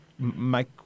Make